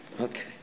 Okay